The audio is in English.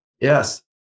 Yes